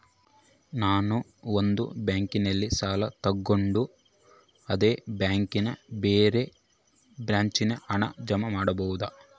ನಾನು ಒಂದು ಬ್ಯಾಂಕಿನಲ್ಲಿ ಸಾಲ ತಗೊಂಡು ಅದೇ ಬ್ಯಾಂಕಿನ ಬೇರೆ ಬ್ರಾಂಚಿನಲ್ಲಿ ಹಣ ಜಮಾ ಮಾಡಬೋದ?